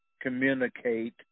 communicate